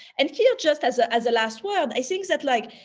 and here just as a as a last word, i think that, like,